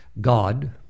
God